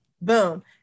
boom